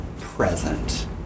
present